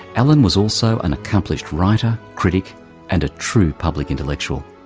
alan was also an accomplished writer, critic and a true public intellectual.